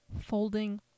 Folding